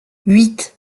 huit